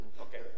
Okay